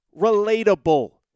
relatable